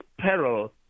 peril